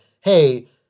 hey